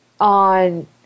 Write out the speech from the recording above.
on